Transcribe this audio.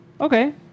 Okay